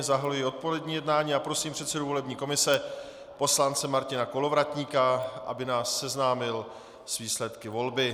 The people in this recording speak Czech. Zahajuji odpolední jednání a prosím předsedu volební komise poslance Martina Kolovratníka, aby nás seznámil s výsledky volby.